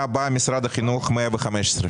מספר 115, משרד החינוך.